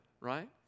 Right